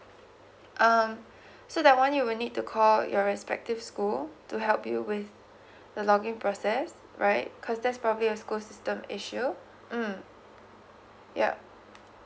um so that one you will need to call your respective school to help you with the login process right cause that's probably your school system issue mm yup